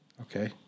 Okay